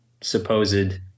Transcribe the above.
supposed